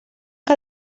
que